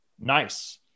Nice